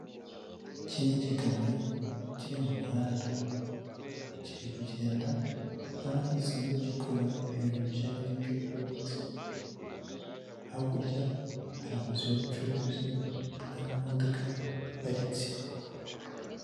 Iki ni igikamyo kiri mu muhanda kiri kugenda urabona ko gisanzwe gikora ibintu bijyanye n'iby'ubwubatsi, hakurya hari amazu y'ubucuruzi n'amamodoka aparitse.